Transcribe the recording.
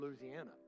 Louisiana